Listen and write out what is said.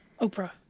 Oprah